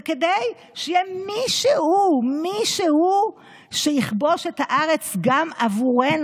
וכדי שיהיה מישהו שיכבוש את הארץ גם עבורנו,